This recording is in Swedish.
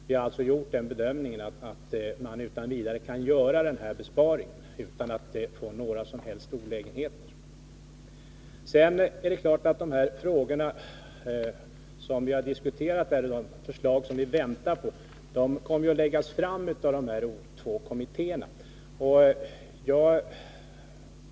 Vi har alltså gjort den bedömningen att man utan vidare kan göra den här besparingen utan att det får några som helst olägenheter. Sedan är det klart att förslag i de frågor som vi diskuterar i dag kommer att läggas fram av de här två kommittéerna.